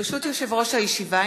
ברשות יושב-ראש הישיבה,